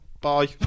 bye